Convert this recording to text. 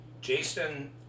Jason